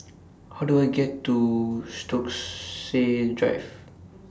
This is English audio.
How Do I get to Stokesay Drive